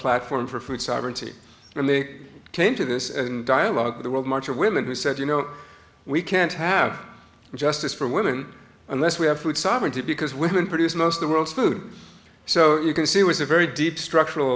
platform for food sovereignty and they came to this and dialogue to the world much of women who said you know we can't have justice for women unless we have food sovereignty because women produce most of the world's food so you can see it was a very deep structural